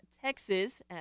Texas